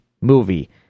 movie